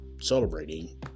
celebrating